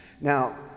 now